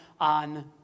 on